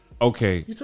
Okay